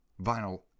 Vinyl